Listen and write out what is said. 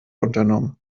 unternommen